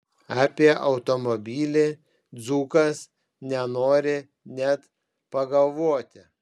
apie automobilį dzūkas nenori net pagalvoti